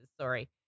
sorry